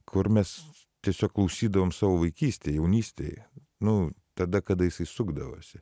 kur mes tiesiog klausydavom savo vaikystėj jaunystėj nu tada kada jisai sukdavosi